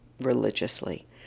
religiously